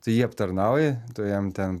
tu jį aptarnauji tu jam ten